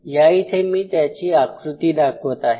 या इथे मी त्याची आकृती दाखवत आहे